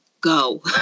go